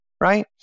right